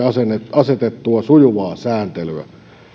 asetettua sujuvaa sääntelyä